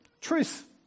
truth